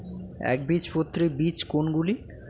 একবীজপত্রী বীজ কোন গুলি?